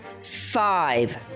five